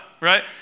right